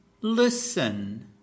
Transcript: Listen